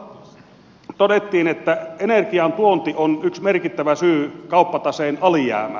tuossa todettiin että energian tuonti on yksi merkittävä syy kauppataseen alijäämään